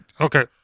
Okay